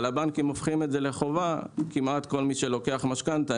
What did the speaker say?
אבל הבנקים הופכים את זה לחובה וכמעט כל מי שלוקח משכנתה,